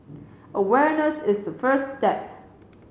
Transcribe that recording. awareness is the first step